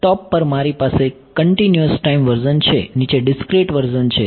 ટોપ પર મારી પાસે કન્ટીન્યુઅસ ટાઈમ વર્ઝન છે નીચે ડીસ્ક્રિએટ વર્ઝન છે